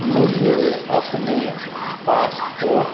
मुझे अपने पासपोर्ट